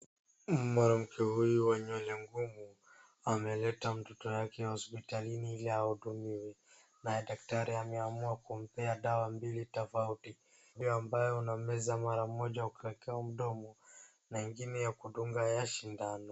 Mwanamke huyu wa nywele ngumu ameleta mtoto yake hospitalini ili ahudumiwe. Na daktari ameamua kumpea dawa mbili tofauti, ndiyo ambayo unameza mara moja ukiwekewa mdomo na ingine ya kudunga ya sindano.